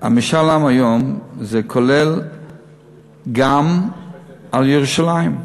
משאל העם היום כולל גם את ירושלים.